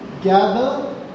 gather